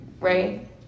right